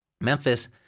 Memphis